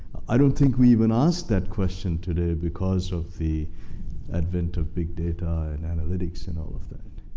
i don't think we even asked that question today, because of the advent of big data and analytics and all of that.